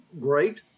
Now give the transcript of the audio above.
great